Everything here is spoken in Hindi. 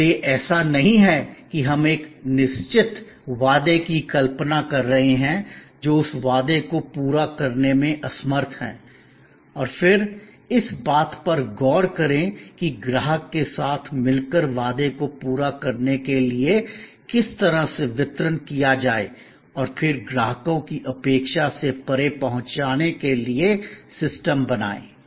इसलिए ऐसा नहीं है कि हम एक निश्चित वादे की कल्पना कर रहे हैं जो उस वादे को पूरा करने में असमर्थ है और फिर इस बात पर गौर करें कि ग्राहक के साथ मिलकर वादे को पूरा करने के लिए किस तरह से वितरण किया जाए और फिर ग्राहकों की अपेक्षा से परे पहुंचाने के लिए सिस्टम बनाएं